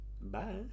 bye